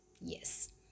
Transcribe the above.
Yes